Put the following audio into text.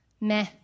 meh